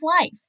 life